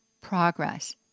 progress